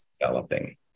developing